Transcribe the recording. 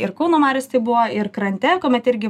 ir kauno mariose taip buvo ir krante kuomet irgi